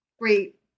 great